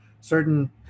certain